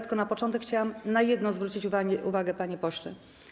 Tylko na początek chciałam na jedno zwrócić uwagę, panie pośle.